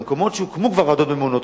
במקומות שהוקמו כבר ועדות ממונות,